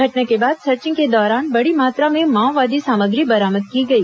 घटना के बाद सर्चिंग के दौरान बड़ी मात्रा में माओवादी सामग्री बरामद की गई